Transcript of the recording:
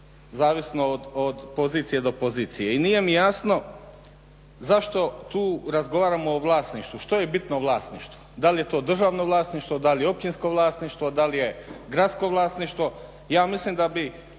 zavisno od pozicije do pozicije. I nije mi jasno zašto tu razgovaramo o vlasništvu, što je bitno u vlasništvu, da li je to državno vlasništvo, da li općinsko vlasništvo, da li je gradsko vlasništvo.